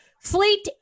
fleet